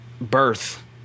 birth